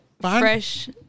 fresh